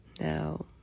Now